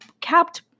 capped